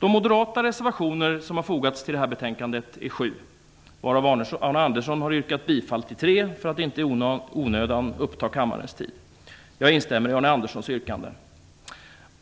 Sju moderata reservationer har fogats till betänkandet, varav Arne Andersson har yrkat bifall till tre, för att inte i onödan uppta kammarens tid. Jag instämmer i Arne Anderssons yrkanden.